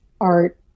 art